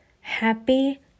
Happy